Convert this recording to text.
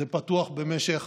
זה פתוח במשך